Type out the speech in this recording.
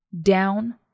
down